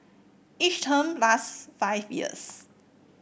each term lasts five years